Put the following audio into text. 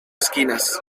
esquinas